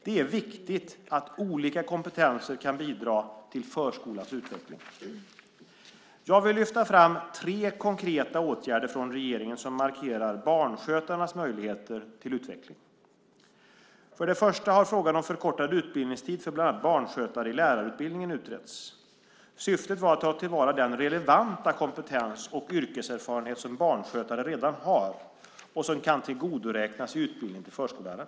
Det är viktigt att olika kompetenser kan bidra till förskolans utveckling. Jag vill lyfta fram tre konkreta åtgärder från regeringen som markerar barnskötarnas möjligheter till utveckling. För det första har frågan om förkortad utbildningstid för bland annat barnskötare i lärarutbildningen utretts. Syftet var att ta till vara den relevanta kompetens och yrkeserfarenhet som barnskötare redan har och som kan tillgodoräknas i utbildningen till förskollärare.